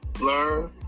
Learn